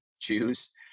choose